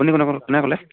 আপুনি কোনে কোনে ক'লে